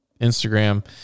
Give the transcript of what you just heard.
instagram